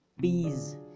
bees